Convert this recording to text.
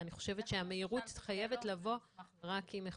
ואני חושבת שהמהירות חייבת לבוא רק עם איכות.